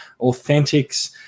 Authentics